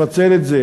לפצל את זה,